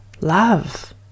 love